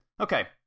Okay